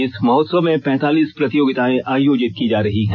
इस महोत्सव में पैंतालीस प्रतियोगिताएं आयोजित की जा रही हैं